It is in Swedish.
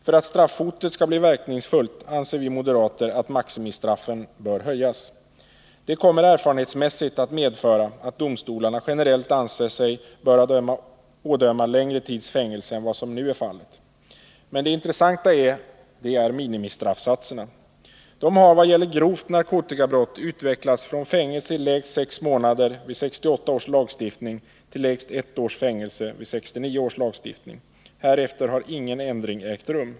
För att straffhotet skall bli verkningsfullt anser vi moderater att maximistraffen bör höjas. Detta kommer erfarenhetsmässigt att medföra att domstolarna generellt anser sig böra ådöma längre tids fängelse än vad som nu är fallet. Men det intressanta är minimistraffsatserna. Dessa har vad gäller grovt narkotikabrott utvecklats från fängelse lägst sex månader vid 1968 års lagstiftning till lägst ett års fängelse vid 1969 års lagstiftning. Härefter har ingen ändring ägt rum.